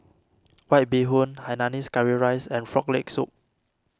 White Bee Hoon Hainanese Curry Rice and Frog Leg Soup